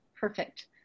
perfect